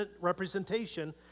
representation